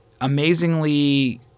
amazingly